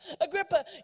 agrippa